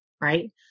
right